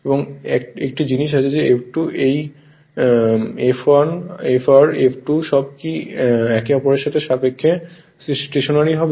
এবং একটি জিনিস আছে এই F2 এই কি এই F1 Fr F2 সব কি একে অপরের সাথে সাপেক্ষে স্টেশনারি হবে